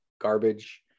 garbage